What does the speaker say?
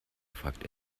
fragt